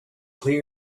quite